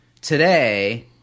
today